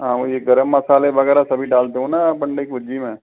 हाँ वो ये गरम मसाले वगैरह सभी डालते हो ना आप अंडे की भुर्जी में